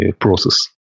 process